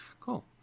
Cool